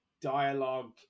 dialogue